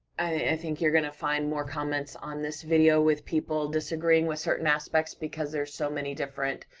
i think you're gonna find more comments on this video with people disagreeing with certain aspects because there's so many different